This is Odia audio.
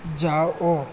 ଯାଅ ଓ